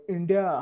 India